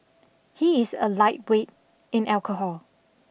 he is a lightweight in alcohol